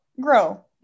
grow